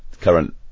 current